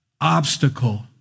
obstacle